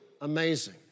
amazing